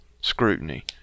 scrutiny